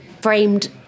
framed